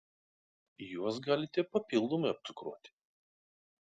juos galite papildomai apcukruoti